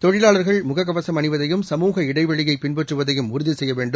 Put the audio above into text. தொழிலாளர்கள் முக கவசம் அணிவதையும் சமூக இடைவெளியை பின்பற்றுவதையும் உறுதி செய்ய வேண்டும்